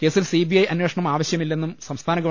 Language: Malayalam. കേസിൽ സിബിഐ അന്വേഷണം ആവശ്യമില്ലെന്നും സംസ്ഥാന ഗവ